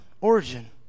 origin